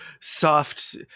soft